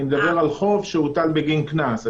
אני מדבר על חוב שהוטל בגין קנס.